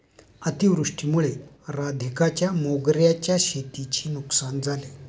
अतिवृष्टीमुळे राधिकाच्या मोगऱ्याच्या शेतीची नुकसान झाले